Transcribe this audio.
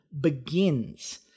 Begins